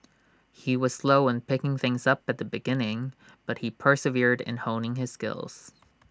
he was slow in picking things up at the beginning but he persevered in honing his skills